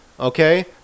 Okay